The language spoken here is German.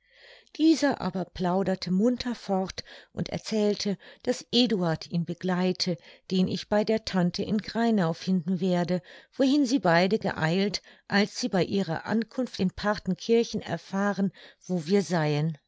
dieser aber plauderte munter fort und erzählte daß eduard ihn begleite den ich bei der tante in greinau finden werde wohin sie beide geeilt als sie bei ihrer ankunft in parthenkirchen erfahren wo wir seien